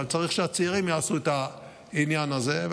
אבל צריך שהצעירים יעשו את העניין הזה,